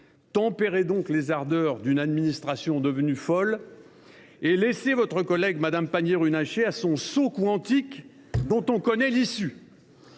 tempérez donc les ardeurs d’une administration devenue folle et laissez votre collègue Mme Pannier Runacher à son « saut quantique », dont on connaît l’issue.